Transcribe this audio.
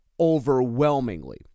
overwhelmingly